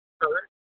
hurt